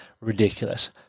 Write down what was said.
ridiculous